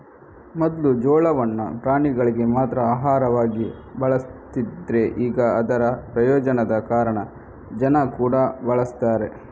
ಮೊದ್ಲು ಜೋಳವನ್ನ ಪ್ರಾಣಿಗಳಿಗೆ ಮಾತ್ರ ಆಹಾರವಾಗಿ ಬಳಸ್ತಿದ್ರೆ ಈಗ ಅದರ ಪ್ರಯೋಜನದ ಕಾರಣ ಜನ ಕೂಡಾ ಬಳಸ್ತಾರೆ